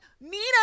Nina